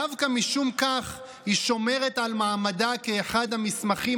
דווקא משום כך היא שומרת על מעמדה כאחד המסמכים